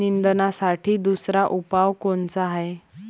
निंदनासाठी दुसरा उपाव कोनचा हाये?